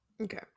okay